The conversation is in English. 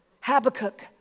Habakkuk